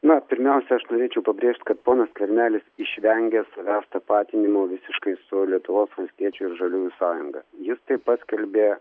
na pirmiausia aš norėčiau pabrėžt kad ponas skvernelis išvengė savęs tapatinimo visiškai su lietuvos valstiečių ir žaliųjų sąjunga jis tai paskelbė